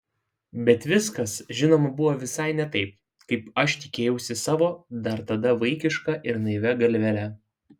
bet viskas žinoma buvo visai ne taip kaip aš tikėjausi savo dar tada vaikiška ir naivia galvele